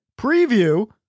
preview